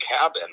cabin